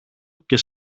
και